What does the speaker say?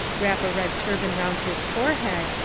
wrap a red turban round his forehead,